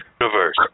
universe